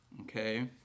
okay